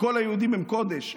וכל היהודים הם קודש,